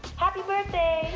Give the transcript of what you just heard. happy birthday.